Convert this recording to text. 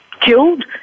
killed